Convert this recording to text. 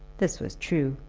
this was true.